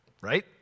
right